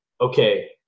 okay